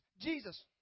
Jesus